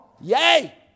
Yay